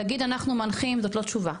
להגיד אנחנו מנחים זאת לא תשובה.